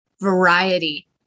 variety